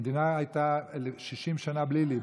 המדינה הייתה 60 שנה בלי ליבה.